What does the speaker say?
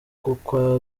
kwa